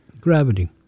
gravity